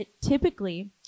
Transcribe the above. Typically